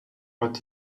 what